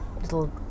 little